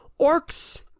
Orcs